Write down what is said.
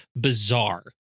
bizarre